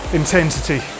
intensity